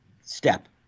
step